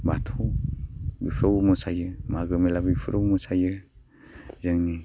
बाथौ बेफ्रावबो मोसायो मागो मेला बेफोरावबो मोसायो जोंनि